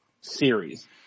series